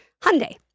Hyundai